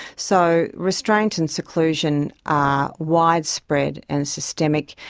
so restraint and seclusion are widespread and systemic.